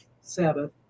Sabbath